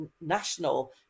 national